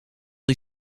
die